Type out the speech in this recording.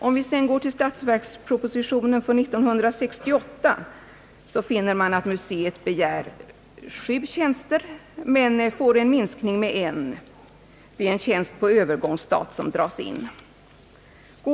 Om vi sedan går till statsverkspropositionen för år 1968 finner vi att museet begär ytterligare 7 tjänster, men får en minskning med en tjänst. Det är en tjänst på övergångsstat som dras in.